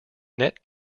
net